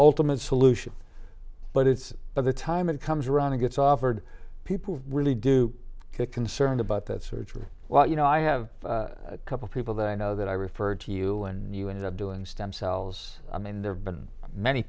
ultimate solution but it's by the time it comes around and gets offered people really do get concerned about that sort of well you know i have a couple people that i know that i refer to you and you end up doing stem cells i mean there have been many